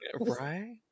Right